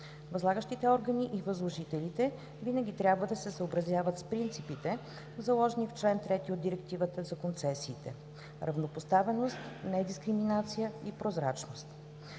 Възлагащите органи и възложителите винаги трябва да се съобразяват с принципите, заложени в чл. 3 от Директивата за концесиите: равнопоставеност, недискриминация и прозрачност.